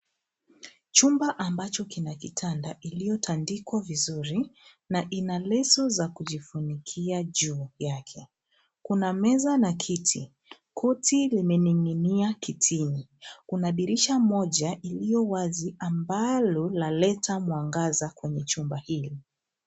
Chumba ambacho kina kitanda iliyotandikwa vizuri, na ina leso za kujifunikia juu yake. Kuna meza na kiti. Koti limening'inia kitini. Kuna dirisha moja iliyo wazi ambalo laleta mwangaza kwenye chumba hili.